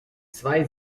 zwei